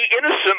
innocent